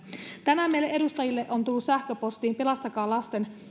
tänään meille edustajille on tullut sähköpostiin pelastakaa lasten